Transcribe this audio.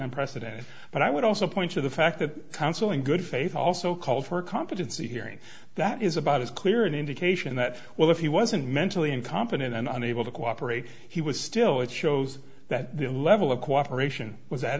unprecedented but i would also point to the fact that counseling good faith also called for a competency hearing that is about as clear an indication that well if he wasn't mentally incompetent and unable to cooperate he was still it shows that the level of cooperation was that